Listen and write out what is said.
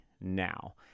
now